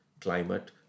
climate